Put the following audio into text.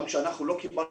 גם כשאנחנו לא קיבלנו